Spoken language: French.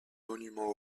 monuments